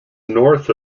north